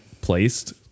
placed